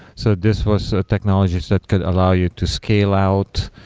so this was technologies that could allow you to scale out,